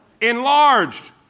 Enlarged